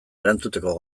erantzuteko